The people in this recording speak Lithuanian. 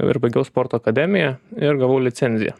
ir baigiau sporto akademiją ir gavau licenciją